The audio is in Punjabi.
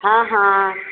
ਹਾਂ ਹਾਂ